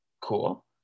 Cool